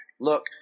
look